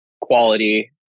quality